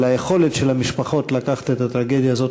אבל היכולת של המשפחות לקחת את הטרגדיה הזאת